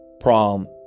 prom